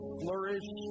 flourish